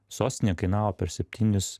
sostinei jie kainavo per septynis